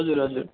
हजुर हजुर